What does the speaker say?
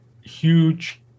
huge